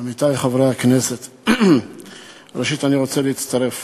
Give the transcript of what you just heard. עמיתי חברי הכנסת, ראשית אני רוצה להצטרף